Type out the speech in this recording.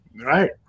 right